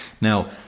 Now